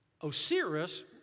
Osiris